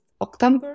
October